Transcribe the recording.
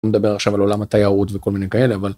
מדבר עכשיו על עולם התיירות וכל מיני כאלה, אבל.